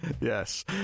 yes